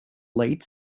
late